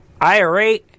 IRA